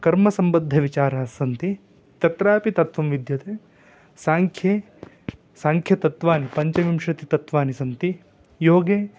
कर्मसम्बद्धविचारास्सन्ति तत्रापि तत्वं विद्यते साङ्ख्ये साङ्ख्यतत्वानि पञ्चविंशतितत्वानि सन्ति योगे